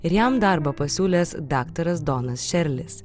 ir jam darbą pasiūlęs daktaras donas šerlis